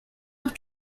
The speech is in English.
have